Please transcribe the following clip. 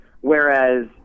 Whereas